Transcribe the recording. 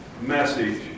Message